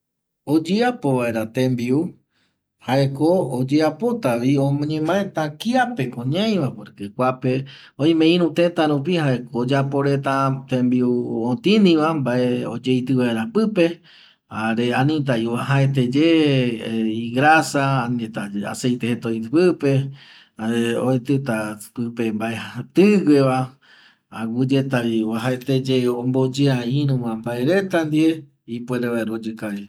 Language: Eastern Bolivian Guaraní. Oyeapo vaera tembiu jaeko oyeapotavi oñevaeta kiapeko ñaiva porque kuape oime iru teta rupi jaeko oyapo reta tembiu otiniva mbae oyeiti vaera pupe jaera amitavi uajaeteye igarasa jare aceite uajaete oiti pupe jare mbaeti ti oi pupe agueyitavi omboyea iruva mbae reta ndie ipuere mbaera oyi kavi